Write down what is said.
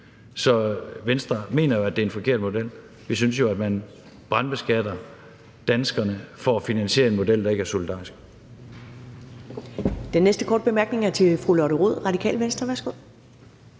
at Venstre mener, at det er en forkert model. Vi synes jo, at man brandbeskatter danskerne for at finansiere en model, der ikke er solidarisk.